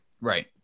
Right